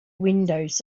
windows